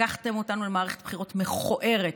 לקחתם אותנו למערכת בחירות מכוערת,